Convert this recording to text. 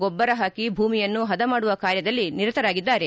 ಗೊಬ್ಬರ ಪಾಕಿ ಭೂಮಿಯನ್ನು ಪದ ಮಾಡುವ ಕಾರ್ಯದಲ್ಲಿ ನಿರತರಾಗಿದ್ದಾರೆ